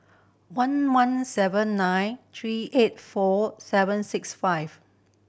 one one seven nine three eight four seven six five